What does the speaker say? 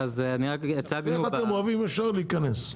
איך אתם אוהבים ישר להיכנס.